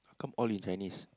come all in Chinese